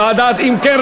לא, לא,